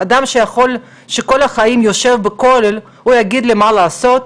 אדם שכל חייו ישב בכולל והוא יגיד לי מה לעשות?